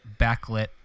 backlit